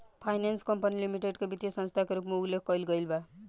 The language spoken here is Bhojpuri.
फाइनेंस कंपनी लिमिटेड के वित्तीय संस्था के रूप में उल्लेख कईल गईल बा